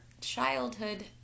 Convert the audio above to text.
childhood